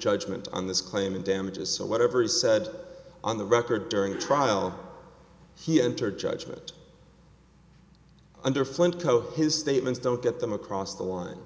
judgment on this claim in damages so whatever he said on the record during the trial he entered judgment under flint co his statements don't get them across the line